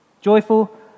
joyful